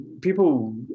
people